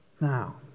Now